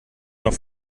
noch